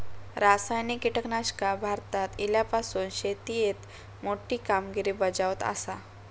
रासायनिक कीटकनाशका भारतात इल्यापासून शेतीएत मोठी कामगिरी बजावत आसा